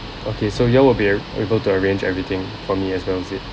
okay so y'all will be ab~ able to arrange everything for me as well is it